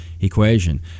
equation